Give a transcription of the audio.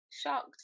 shocked